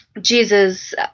Jesus